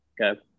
Okay